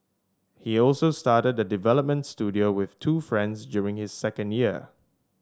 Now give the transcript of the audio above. he also started a development studio with two friends during his second year